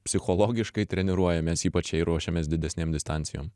psichologiškai treniruojamės ypač jei ruošiamės didesnėm distancijom